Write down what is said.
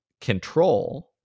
control